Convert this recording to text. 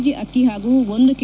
G ಅಕ್ಕಿ ಹಾಗೂ ಒಂದು ಕೆ